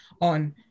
on